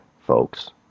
folks